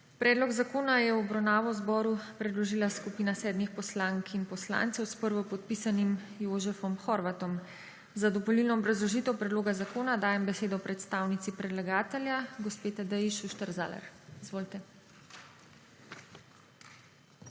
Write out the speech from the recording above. Predlog zakona je v obravnavo zboru predložila skupina sedmih poslank in poslancev s prvopodpisanim Jožefom Horvatom. Za dopolnilno obrazložitev predloga zakona dajem besedo predstavniku predlagatelja Aleksandru Reberšku. Izvolite.